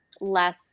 less